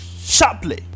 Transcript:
sharply